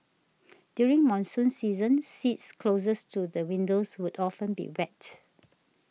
during monsoon season seats closest to the windows would often be wet